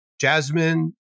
Jasmine